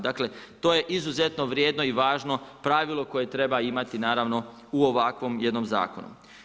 Dakle to je izuzetno vrijedno i važno pravilo koje treba imati naravno u ovakvom jednom zakonu.